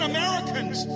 Americans